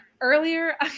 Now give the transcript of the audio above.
earlier